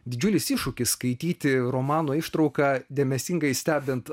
didžiulis iššūkis skaityti romano ištrauką dėmesingai stebint